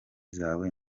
zawe